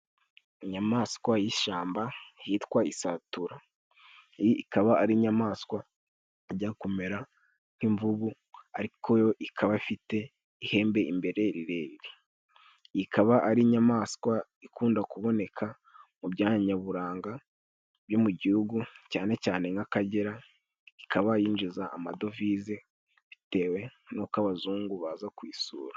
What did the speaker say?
Inyamaswa y'ishyamba yitwa isatura. Iyi ikaba ari inyamaswa ijya kumera nk'imvubu ariko yo ikaba ifite ihembe imbere rirerire. Ikaba ari inyamaswa ikunda kuboneka mu byanya nyaburanga byo mu Gihugu, cyane cyane nk'Akagera. Ikaba yinjiza amadovize bitewe n'uko abazungu baza kuyisura.